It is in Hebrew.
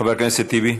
חבר הכנסת טיבי.